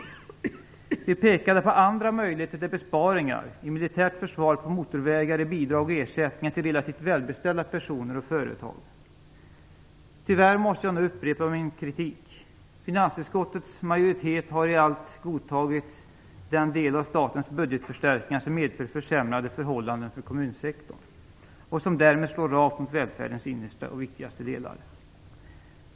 Vi i Miljöpartiet pekade på andra möjligheter till besparingar: militärt försvar, motorvägar, bidrag och ersättningar till relativt välbeställda personer och företag. Tyvärr måste jag nu upprepa min kritik. Finansutskottets majoritet har i allt godtagit den del av statens budgetförstärkningar som medför försämrade förhållanden för kommunsektorn och som därmed slår rakt mot välfärdens innersta och viktigaste delar.